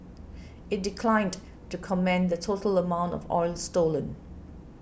it declined to say the total amount of oil stolen